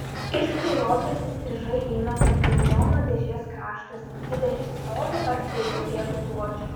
iš kairiosios įstrižai eina fortepijono dėžės kraštas dvidešimt colių ar dviejų pėdų pločio